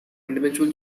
individual